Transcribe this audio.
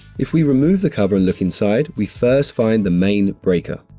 if we remove the cover and look inside, we first find the main breaker.